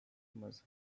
must